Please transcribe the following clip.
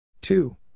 Two